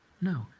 No